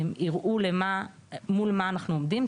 יראו מול מה אנחנו עומדים.